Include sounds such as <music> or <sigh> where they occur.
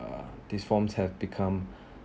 uh this form has become <breath>